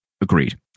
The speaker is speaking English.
Agreed